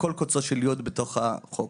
לכל קוצו של יוד בתוך החוק.